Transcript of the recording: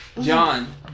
John